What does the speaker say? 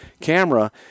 camera